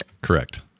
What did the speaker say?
Correct